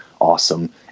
awesome